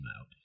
out